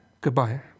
goodbye